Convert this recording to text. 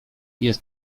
jest